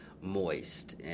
Moist